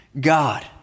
God